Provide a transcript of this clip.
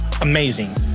amazing